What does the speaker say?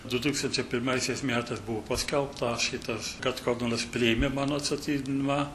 du tūkstančiai pirmaisiais metais buvo paskelbta šitas kad kardinolas priėmė mano atstatydinimą